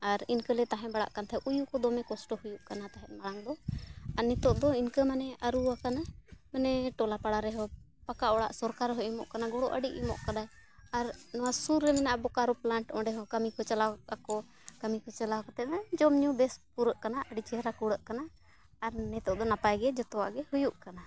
ᱟᱨ ᱤᱱᱠᱟᱹᱞᱮ ᱛᱟᱦᱮᱸ ᱵᱟᱲᱟᱜ ᱠᱟᱱ ᱛᱟᱦᱮᱸᱫ ᱩᱭᱩ ᱠᱚ ᱫᱚᱢᱮ ᱠᱚᱥᱴᱚ ᱦᱩᱭᱩᱜ ᱠᱟᱱᱟ ᱛᱟᱦᱮᱸᱫ ᱢᱟᱲᱟᱝ ᱫᱚ ᱟᱨ ᱱᱤᱛᱳᱜ ᱫᱚ ᱤᱱᱠᱟᱹ ᱢᱟᱱᱮ ᱟᱹᱨᱩᱣ ᱟᱠᱟᱱᱟ ᱢᱟᱱᱮ ᱴᱚᱞᱟ ᱯᱟᱲᱟ ᱨᱮᱦᱚᱸ ᱯᱟᱠᱟ ᱚᱲᱟᱜ ᱥᱚᱨᱠᱟᱨ ᱦᱚᱸᱭ ᱮᱢᱚᱜ ᱠᱟᱱᱟ ᱜᱚᱲᱚ ᱟᱹᱰᱤ ᱮᱢᱚᱜ ᱠᱟᱱᱟ ᱟᱨ ᱱᱚᱣᱟ ᱥᱩᱨ ᱨᱮ ᱢᱮᱱᱟᱜ ᱵᱳᱠᱟᱨᱳ ᱯᱞᱟᱱᱴ ᱚᱸᱰᱮ ᱦᱚᱸ ᱠᱟᱹᱢᱤ ᱠᱚ ᱪᱟᱞᱟᱣ ᱟᱠᱚ ᱠᱟᱹᱢᱤ ᱠᱚ ᱪᱟᱞᱟᱣ ᱠᱟᱛᱮᱫ ᱡᱚᱢ ᱧᱩ ᱵᱮᱥ ᱯᱩᱨᱟᱹᱜ ᱠᱟᱱᱟ ᱟᱹᱰᱤ ᱪᱮᱦᱨᱟ ᱠᱩᱲᱟᱹᱜ ᱠᱟᱱᱟ ᱟᱨ ᱱᱤᱛᱳᱜ ᱫᱚ ᱱᱟᱯᱟᱭ ᱜᱮ ᱡᱷᱚᱛᱚᱣᱟᱜ ᱜᱮ ᱦᱩᱭᱩᱜ ᱠᱟᱱᱟ